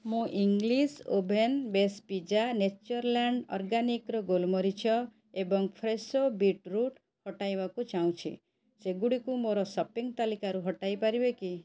ମୁଁ English oven base pizza Natureland ଅର୍ଗାନିକ୍ର ଗୋଲମରିଚଏବଂ ଫ୍ରେସୋ ବିଟ୍ ରୁଟ୍ ହଟାଇବାକୁ ଚାହୁଁଛି ସେଗୁଡ଼ିକୁ ମୋର ସପିଂ ତାଲିକାରୁ ହଟାଇ ପାରିବେ କି